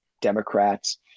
Democrats